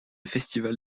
festival